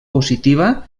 positiva